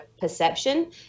perception